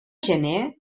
gener